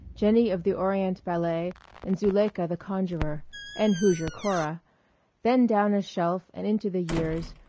jenny of the orient ballet and zuleika the conjurer and hoosier cora then down a shelf and into the years,